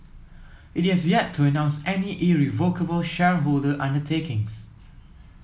it has yet to announce any irrevocable shareholder undertakings